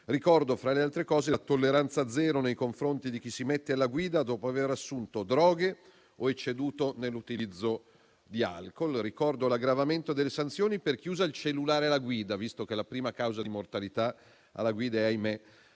ricordo, fra le altre cose, la tolleranza zero nei confronti di chi si mette alla guida dopo aver assunto droghe o ecceduto nell'utilizzo di alcol; ricordo l'aggravamento delle sanzioni per chi usa il cellulare alla guida, visto che la prima causa di mortalità alla guida è, ahimè,